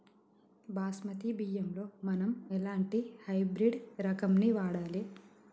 బాస్మతి బియ్యంలో మనం ఎలాంటి హైబ్రిడ్ రకం ని వాడాలి?